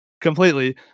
completely